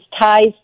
ties